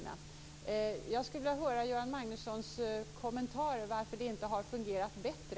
Jag skulle vilja höra Göran Magnussons kommentar till varför det inte har fungerat bättre.